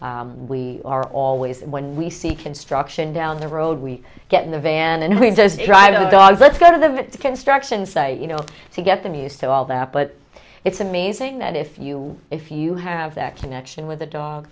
we are always when we see construction down the road we get in the van and we does drive dogs let's go to the construction site you know to get them used to all that but it's amazing that if you if you have that connection with the dog